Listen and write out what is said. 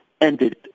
ended